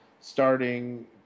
starting